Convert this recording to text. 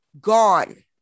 gone